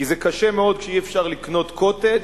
כי קשה מאוד שאי-אפשר לקנות "קוטג'",